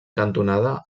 cantonada